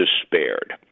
despaired